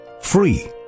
free